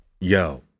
yo